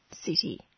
city